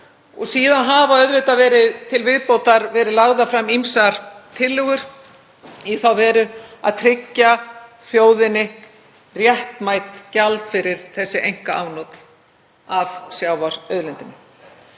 Síðan hafa auðvitað til viðbótar verið lagðar fram ýmsar tillögur í þá veru að tryggja þjóðinni réttmætt gjald fyrir þessi einkaafnot af sjávarauðlindinni.